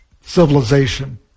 civilization